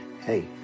hey